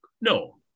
No